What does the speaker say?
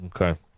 Okay